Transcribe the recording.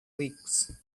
weeks